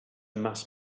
mass